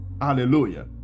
Hallelujah